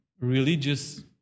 religious